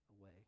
away